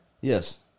Yes